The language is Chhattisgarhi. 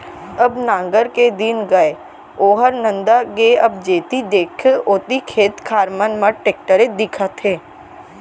अब नांगर के दिन गय ओहर नंदा गे अब जेती देख ओती खेत खार मन म टेक्टरेच दिखत हे